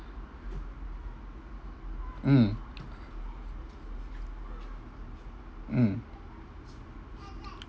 mm mm